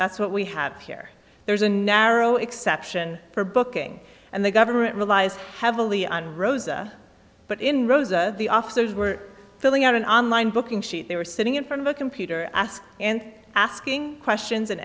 that's what we have here there's a narrow exception for booking and the government relies heavily on rosa but in rosa the officers were filling out an online booking sheet they were sitting in front of a computer ask and asking questions and